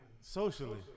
Socially